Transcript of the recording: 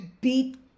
beat